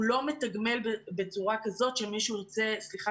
הוא לא מתגמל בצורה כזאת שמישהו ירצה סליחה